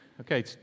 Okay